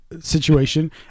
situation